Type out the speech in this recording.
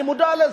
אני מודע לזה,